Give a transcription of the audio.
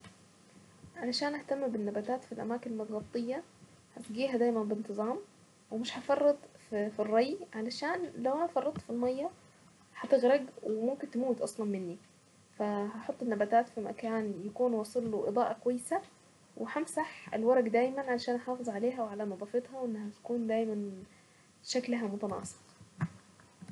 علشان اهتم بالنباتات في الاماكن المتغطية اسقيها دايما بانتظام ومش هفرط في الري علشان لو انا فرطت في المية هتغرق وممكن تموت اصلا مني فهحط النباتات في مكان يكون واصل له اضاءة كويسة وهامسح الورق دايما عشان احافظ عليها وعلى نظافتها تكون دايما شكلها متناسق.